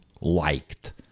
liked